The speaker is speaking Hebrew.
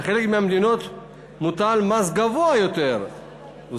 בחלק מהמדינות מוטל מס גבוה יותר על